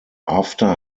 after